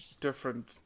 different